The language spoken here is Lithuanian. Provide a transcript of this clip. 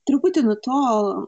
truputį nutolo